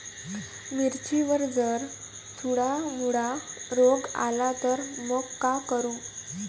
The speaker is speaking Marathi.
मिर्चीवर जर चुर्डा मुर्डा रोग आला त मंग का करू?